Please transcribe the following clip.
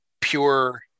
pure